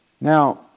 Now